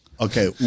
okay